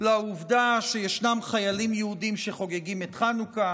לעובדה שישנם חיילים יהודים שחוגגים את חנוכה